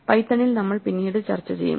പൈത്തണിൽ നമ്മൾ പിന്നീട് ചർച്ച ചെയ്യും